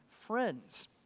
friends